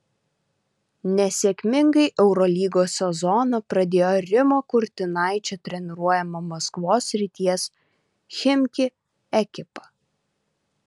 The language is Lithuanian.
nesėkmingai eurolygos sezoną pradėjo rimo kurtinaičio treniruojama maskvos srities chimki ekipa